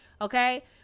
Okay